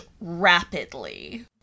rapidly